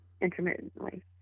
intermittently